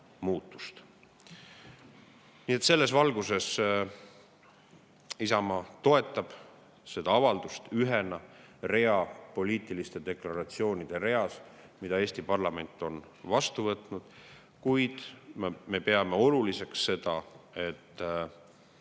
muutust. Selles valguses toetab Isamaa seda avaldust ühena poliitiliste deklaratsioonide reas, mis Eesti parlament on vastu võtnud. Kuid me peame oluliseks vahetu